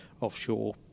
offshore